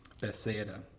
Bethsaida